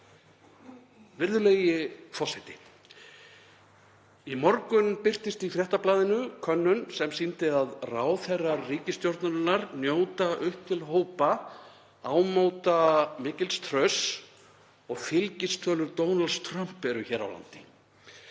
Virðulegi forseti. Í morgun birtist í Fréttablaðinu könnun sem sýndi að ráðherrar ríkisstjórnarinnar njóta upp til hópa ámóta trausts og fylgistölur Donalds Trumps eru hér á landi.